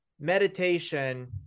meditation